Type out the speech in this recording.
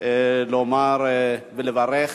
לומר ולברך.